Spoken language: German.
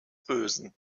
bösen